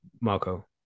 marco